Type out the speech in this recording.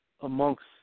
amongst